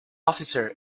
officer